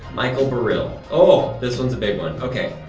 michael barill, oh, this one's a big one. okay,